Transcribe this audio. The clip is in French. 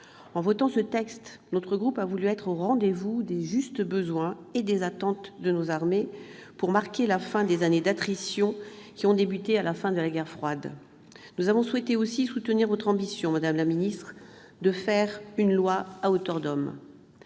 socialiste et républicain a voulu être au rendez-vous des justes besoins et des attentes de nos armées et pour marquer la fin des années d'attrition, qui ont débuté à la sortie de la guerre froide. Nous avons souhaité aussi soutenir votre ambition, madame la ministre, de faire une loi « à hauteur d'homme